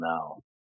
now